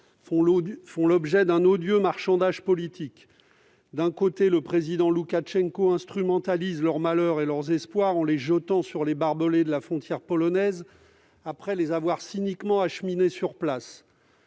font l'objet d'un odieux marchandage politique. D'un côté, le président biélorusse Alexandre Loukachenko instrumentalise les malheurs et les espoirs de ces migrants en les jetant sur les barbelés de la frontière polonaise après les avoir cyniquement acheminés sur place.